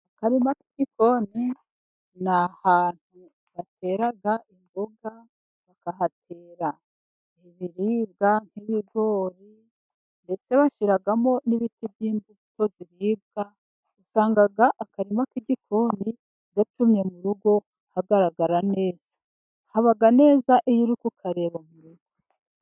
Akarima k'igikoni ni ahantu hatera imboga bakahatera ibiribwa nk'ibigori ndetse bashyiramo n'ibiti by'imbuto ziribwa usanga akarima k'igikoni gatumye mu rugo hagaragara neza. Haba neza iyo uri kukareba mu rugo.